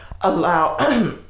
allow